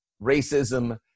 racism